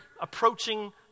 approaching